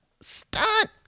stunt